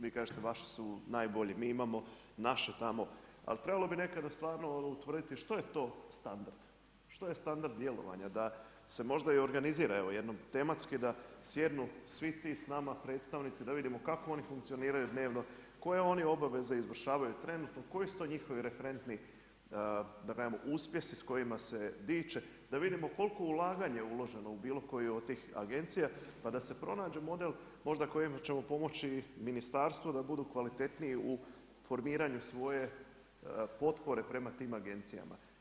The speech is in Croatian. Vi kažete naši su najbolji, mi imamo naše tamo ali trebalo bi nekada stvarno utvrditi što je to standard, što je standard djelovanja da se možda organizira jednom tematski sa sjednu svi ti s nama predstavnici da vidimo kako oni funkcioniraju dnevno, koji oni obaveze izvršavaju trenutno, koji su to njihovi referentni uspjesi s kojima se diče, da vidimo koliko ulaganja je uloženo u bilo koju od tih agencija pa se pronađe model možda kojima ćemo pomoći ministarstvu da budu kvalitetniji u formiranju svoje potpore prema tim agencijama.